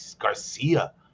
Garcia